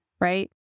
right